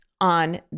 on